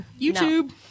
YouTube